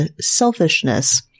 selfishness